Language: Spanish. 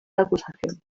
acusación